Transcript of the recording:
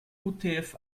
utf